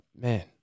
Man